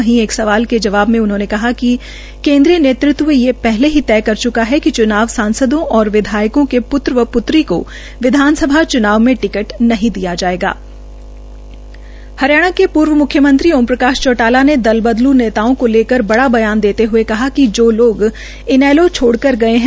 वहीं एक सवाल के जवाब में उन्होंने कहा कि केंद्रीय नेतृत्व यह पहले ही तय कर च्का है कि च्नाव में सांसदों व विधायकों के प्त्र व प्त्री को विधानसभा च्नाव में टिकट नहीं दिया जाएगा हरियाणा के पूर्व म्ख्यमंत्री ओमप्रकाश चौटाला ने दल बदलू नेताओं को लेकर बड़ा बयान देते हए कहा कि जो लोग इनेलो छोड़कर गए हैं